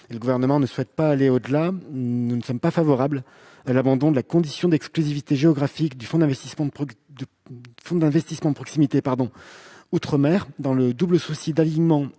le Gouvernement ne souhaite pas aller au-delà. Nous ne sommes pas favorables à l'abandon de la condition d'exclusivité géographique du fonds d'investissement de proximité outre-mer, dans un double souci d'alignement